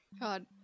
God